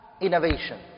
innovation